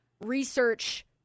research